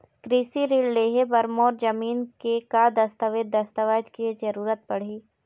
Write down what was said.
कृषि ऋण लेहे बर मोर जमीन के का दस्तावेज दस्तावेज के जरूरत पड़ही?